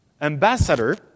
ambassador